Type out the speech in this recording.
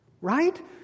right